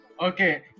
Okay